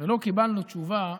ולא קיבלנו תשובה,